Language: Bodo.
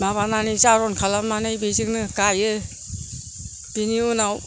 माबानानै जावन खालामनानै बेजोंनो गायो बेनि उनाव